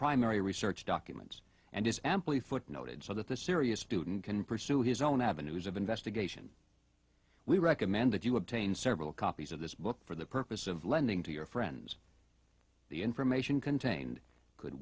primary research documents and is amply footnoted so that the serious student can pursue his own avenues of investigation we recommend that you obtain several copies of this book for the purpose of lending to your friends the information contained could